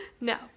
No